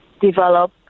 develop